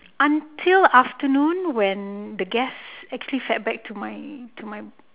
until afternoon when the guest actually feedback to my to my